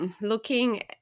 looking